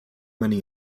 many